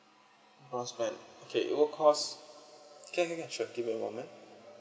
bronze plan okay it will cost can can can sure give me a moment